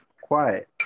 quiet